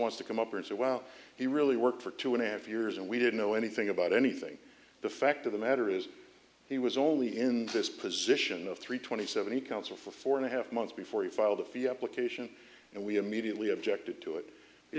wants to come up and say wow he really worked for two and a half years and we didn't know anything about anything the fact of the matter is he was only in this position of three twenty seven counsel for four and a half months before he filed the application and we immediately objected to it